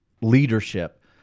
leadership